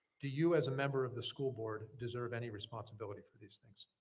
do you, as a member of the school board, deserve any responsibility for these things?